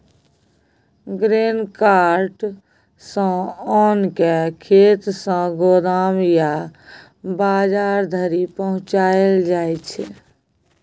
grain cart सँ ओन केँ खेत सँ गोदाम या बजार धरि पहुँचाएल जाइ छै